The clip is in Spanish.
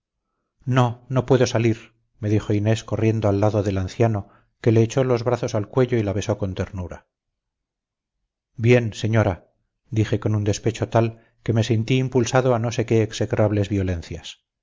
no no puedo salir me dijo inés corriendo al lado del anciano que le echó los brazos al cuello y la besó con ternura bien señora dije con un despecho tal que me sentí impulsado a no sé qué execrables violencias